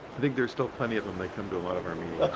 think there's still plenty of them. they come to a lot of our meetings.